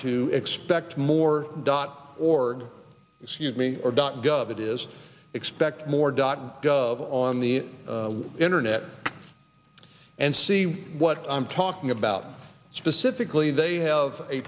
to expect more dot org excuse me or dot gov it is expect more dot gov on the internet and see what i'm talking about specifically they have a